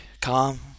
calm